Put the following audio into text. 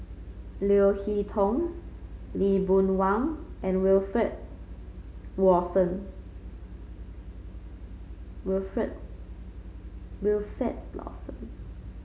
Leo Hee Tong Lee Boon Wang and Wilfed Lawson